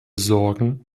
sorgen